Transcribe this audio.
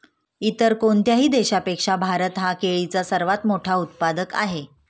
इतर कोणत्याही देशापेक्षा भारत हा केळीचा सर्वात मोठा उत्पादक आहे